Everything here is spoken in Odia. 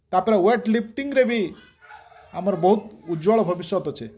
ତା'ପରେ ୱେଟ୍ଲିପ୍ଟିଙ୍ଗ୍ରେ ବି ଆମର ବହୁତ୍ ଉଜ୍ଵଳ ଭବିଷ୍ୟତ ଅଛି